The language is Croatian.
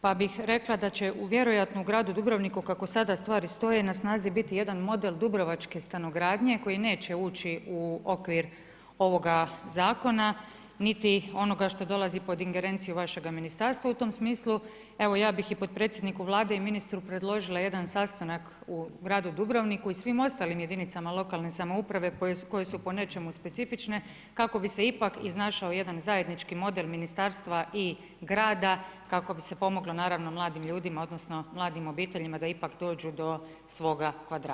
Pa bih rekla da će u vjerojatno u gradu Dubrovniku kako sada stvari stoje, na snazi biti jedan model dubrovačke stanogradnje koji neće ući u okvir ovoga Zakona, niti onoga što dolazi pod ingerencijom vašega ministarstva u tom smislu evo, ja bih i potpredsjedniku Vlade i ministru predložila jedan sastanak u gradu Dubrovniku i svim ostalim jedinicama lokalne samouprave koje su po nečemu specifične kako bi se ipak iznašao jedan zajednički model ministarstva i grada kako bi se pomoglo naravno mladim ljudima odnosno mladim obiteljima da ipak dođu do svoga kvadrata.